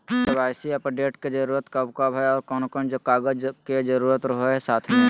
KYC update के जरूरत कब कब है और कौन कौन कागज के जरूरत रहो है साथ में?